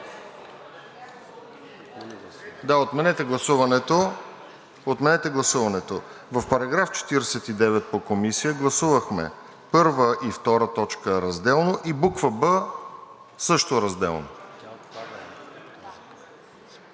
Отменете гласуването. В § 49 по Комисия гласувахме първа и втора точка разделно и буква „б“ също разделно.